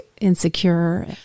insecure